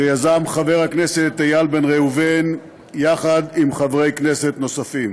שיזם חבר הכנסת איל בן ראובן עם חברי כנסת נוספים.